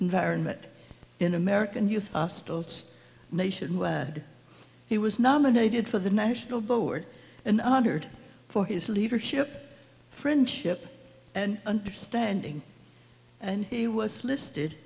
environment in american youth hostels nationwide he was nominated for the national board and honored for his leadership friendship and understanding and he was listed